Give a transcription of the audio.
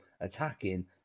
attacking